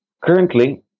currently